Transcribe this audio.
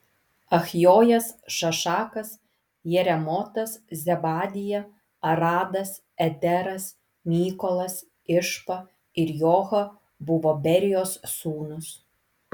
achjojas šašakas jeremotas zebadija aradas ederas mykolas išpa ir joha buvo berijos sūnūs